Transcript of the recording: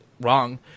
wrong